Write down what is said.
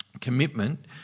commitment